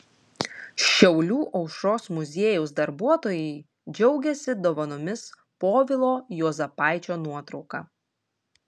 šiaulių aušros muziejaus darbuotojai džiaugiasi dovanomis povilo juozapaičio nuotrauka